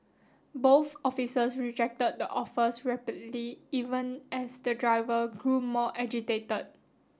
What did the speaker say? both officers rejected the offers even as the driver grew more agitated